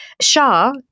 Shah